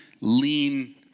lean